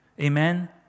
Amen